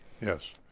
Yes